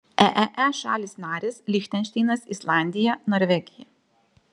eee šalys narės lichtenšteinas islandija norvegija